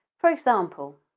for example,